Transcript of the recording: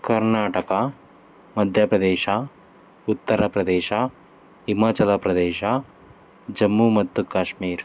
ಕರ್ನಾಟಕ ಮಧ್ಯಪ್ರದೇಶ ಉತ್ತರ ಪ್ರದೇಶ ಹಿಮಾಚಲ ಪ್ರದೇಶ ಜಮ್ಮು ಮತ್ತು ಕಾಶ್ಮೀರ್